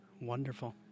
Wonderful